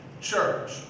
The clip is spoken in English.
church